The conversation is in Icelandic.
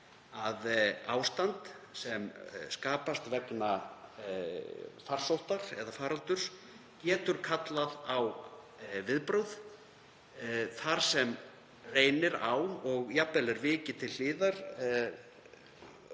að ástand sem skapast vegna farsótta eða faraldurs getur kallað á viðbrögð þar sem reynir á og jafnvel er vikið til hliðar